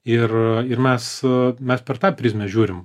ir a ir mes a mes per tą prizmę žiūrim